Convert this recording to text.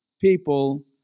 people